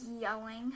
yelling